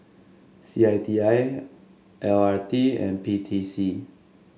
C I T I L R T and P T C